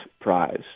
prize